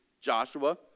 Joshua